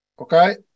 Okay